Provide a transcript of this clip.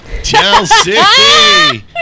Chelsea